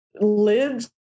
lids